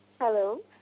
Hello